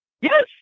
Yes